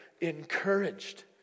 encouraged